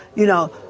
you know,